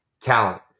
talent